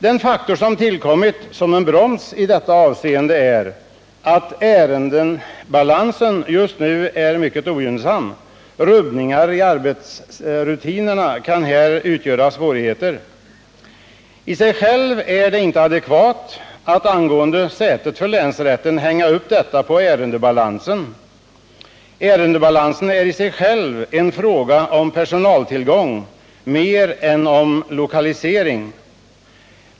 Den faktor som tillkommit som en broms i detta avseende är att ärendebalansen just nu är mycket ogynnsam. Rubbningar i arbetsrutinerna kan här utgöra svårigheter. Isig självt är det inte adekvat att hänga upp frågan om sätet för länsrätten på ärendebalansen. Ärendebalansen är i sig själv en fråga om personaltillgång mer än om lokalisering.